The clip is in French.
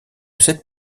cette